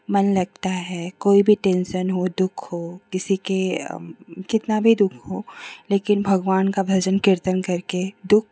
मन लगता है कोई भी टेन्शन हो दुख हो किसी का कितना भी दुख हो लेकिन भगवान का भजन कीर्तन करके दुख